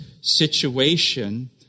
situation